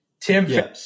tim